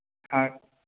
हाँ